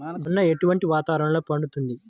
జొన్న ఎటువంటి వాతావరణంలో పండుతుంది?